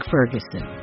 Ferguson